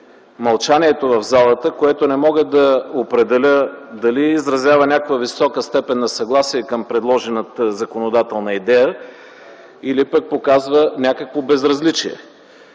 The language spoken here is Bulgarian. мълчанието в залата, което не мога да определя дали изразява някаква висока степен на съгласие към предложената законодателна идея или пък показва някакво безразличие.